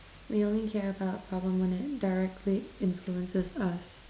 we only care about our problems when it directly influences us